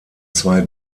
zwei